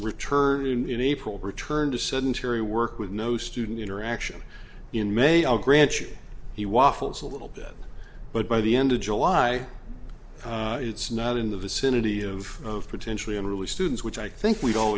return in april returned to sedentary work with no student interaction in may i'll grant you he waffles a little bit but by the end of july it's not in the vicinity of potentially unruly students which i think we'd all